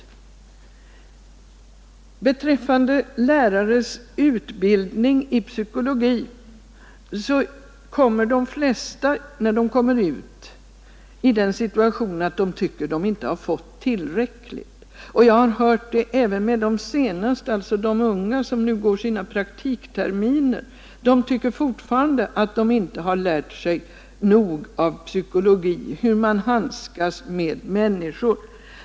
Beträffande lärares utbildning i psykologi tycker de flesta lärare, när de kommer ut, att de inte har fått tillräckligt. Detta har jag hört även av de unga som nu går sina praktikterminer. De tycker fortfarande att de inte lärt sig nog av psykologi, om hur man handskas med människor.